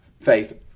faith